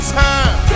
time